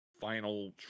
final